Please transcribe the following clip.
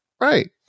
Right